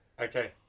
Okay